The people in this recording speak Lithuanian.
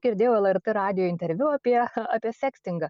girdėjau lrt radijo interviu apie apie sekstingą